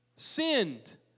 sinned